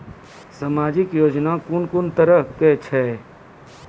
समाजिक योजना कून कून तरहक छै?